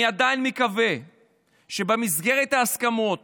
אני עדיין מקווה שבמסגרת ההסכמות